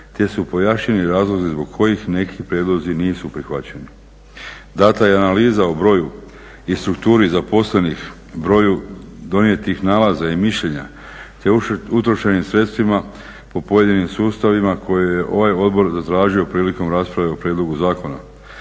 te su pojašnjeni razlozi zbog kojih neki prijedlozi nisu prihvaćeni. Dana je analiza o broju i strukturi zaposlenih, broju donijetih nalaza i mišljenja te o utrošenim sredstvima po pojedinim sustavima koje je ovaj odbor zatražio prilikom rasprave o prijedlogu zakona.